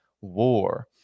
war